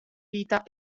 vita